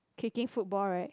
kicking football right